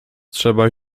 trzeba